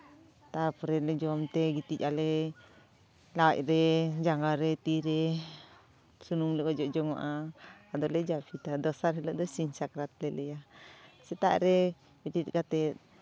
ᱛᱟᱨᱯᱚᱨᱮᱞᱮ ᱡᱚᱢ ᱛᱮ ᱜᱤᱛᱤᱡᱼᱟᱞᱮ ᱞᱟᱡᱨᱮ ᱡᱟᱸᱜᱟᱨᱮ ᱛᱤ ᱨᱮ ᱥᱩᱱᱩᱢᱞᱮ ᱚᱡᱚᱜ ᱡᱚᱱᱟᱜᱼᱟ ᱟᱫᱚᱞᱮ ᱡᱟᱹᱯᱤᱫᱟ ᱫᱚᱥᱟᱨ ᱦᱤᱞᱳᱜ ᱫᱚ ᱥᱤᱧ ᱥᱟᱠᱨᱟᱛ ᱞᱮ ᱞᱟᱹᱭᱟ ᱥᱮᱛᱟᱜ ᱨᱮ ᱵᱮᱨᱮᱫ ᱠᱟᱛᱮᱫ